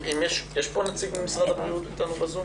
יש פה נציג ממשרד הבריאות איתנו בזום?